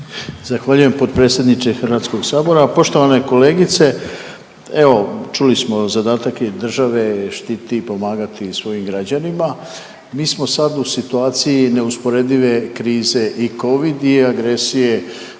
Zahvaljujem potpredsjedniče HS-a. Poštovana kolegice, evo čuli smo zadatak je države štititi i pomagati svojim građanima. Mi smo sad u situaciji neusporedive krize i covid i agresije